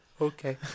Okay